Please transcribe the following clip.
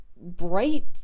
bright